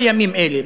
במיוחד בימים אלה,